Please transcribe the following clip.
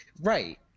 right